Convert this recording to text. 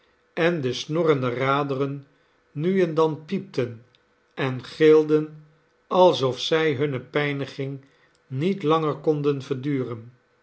en de snorrende raderen nu en dan piepten en gilden alsof zij hunne pijniging niet ianger konden verduren